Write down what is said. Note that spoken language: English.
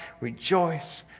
Rejoice